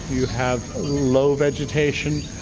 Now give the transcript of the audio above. you have low vegetation,